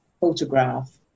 photograph